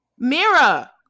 Mira